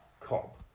cop